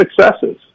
successes